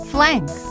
Flank